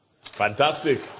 Fantastic